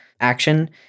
action